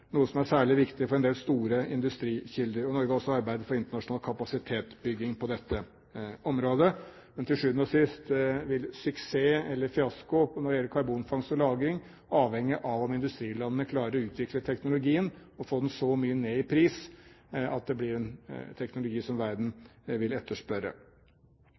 noe som er særlig viktig for en del store industrikilder. Norge har også arbeidet for internasjonal kapasitetsbygging på dette området. Men til sjuende og sist vil suksess eller fiasko når det gjelder karbonfangst og -lagring, avhenge av om industrilandene klarer å utvikle teknologien og få den så mye ned i pris at det blir en teknologi som verden vil etterspørre.